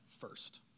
first